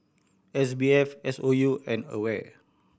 S B F S O U and AWARE